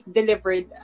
delivered